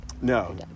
No